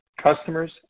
customers